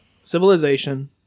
civilization